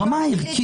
ברמה הערכית,